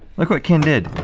look what ken did.